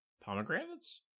pomegranates